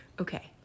Okay